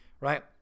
right